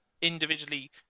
individually